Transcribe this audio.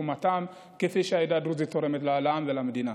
תרומתן כפי שהעדה הדרוזית תורמת לעם ולמדינה.